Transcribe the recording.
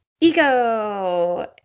Ego